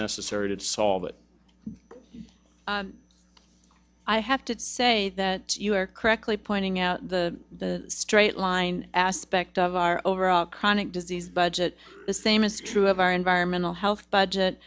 necessary to solve it i have to say that you are correctly pointing out the straight line aspect of our overall chronic disease budget the same is true of our environmental health budget